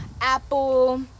Apple